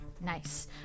Nice